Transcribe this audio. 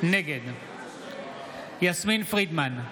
נגד יסמין פרידמן,